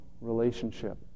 relationship